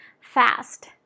fast